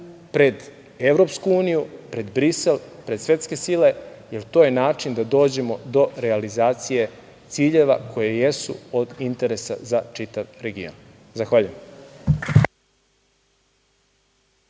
pred EU, pred Brisel, pred svetske sile, jer to je način da dođemo do realizacije ciljeva koji jesu od interesa za čitav region. Zahvaljujem.